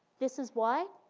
this is why.